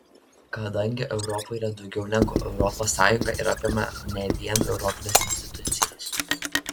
kadangi europa yra daugiau negu europos sąjunga ir apima ne vien europines institucijas